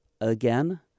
Again